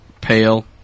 pale